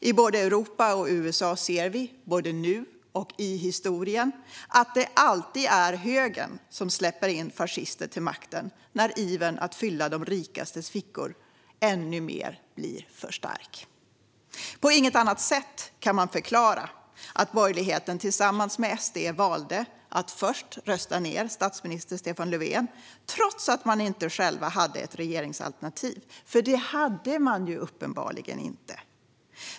I både Europa och USA ser vi såväl nu som historiskt att det alltid är högern som släpper fram fascister till makten när ivern blir för stark att fylla de rikastes fickor ännu mer. På inget annat sätt kan man förklara att borgerligheten tillsammans med SD valde att först rösta ned statsminister Stefan Löfven trots att man inte hade ett eget regeringsalternativ - för det hade man ju uppenbarligen inte.